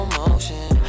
motion